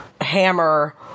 Hammer